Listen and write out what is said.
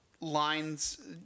lines